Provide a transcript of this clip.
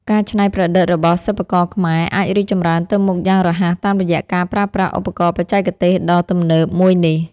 ការច្នៃប្រឌិតរបស់សិប្បករខ្មែរអាចរីកចម្រើនទៅមុខយ៉ាងរហ័សតាមរយៈការប្រើប្រាស់ឧបករណ៍បច្ចេកទេសដ៏ទំនើបមួយនេះ។